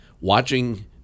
watching –